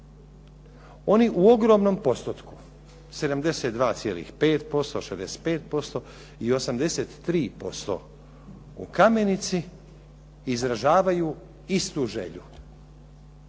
Oni u ogromnom postotku, 72,5%, 65% i 83% u Kamenici izražavaju istu želju